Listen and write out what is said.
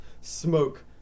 smoke